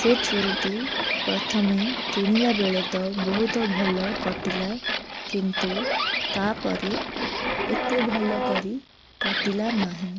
ସେ ଛୁରୀଟି ପ୍ରଥମେ କିଣିଲା ବେଳେତ ବହୁତ ଭଲ କଟିଲା କିନ୍ତୁ ତା'ପରେ ଏତେ ଭଲକରି କଟିଲା ନାହିଁ